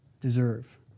deserve